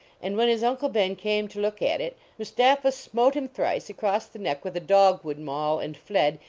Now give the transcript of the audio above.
and when his uncle ben came to look at it mustapha smote him thrice across the neck with a dog-wood maul and fled,